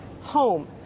home